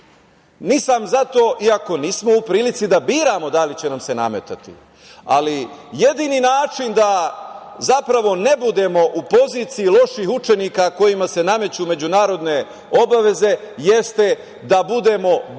Nisam za to, iako nismo u prilici da biramo da li će nam se nametati, ali jedini način da zapravo ne budemo u poziciji loših učenika kojima se nameću međunarodne obaveze jeste da budemo brži